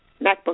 MacBook